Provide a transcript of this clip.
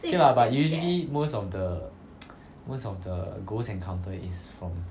okay lah but usually most of the most of the ghost encounter is from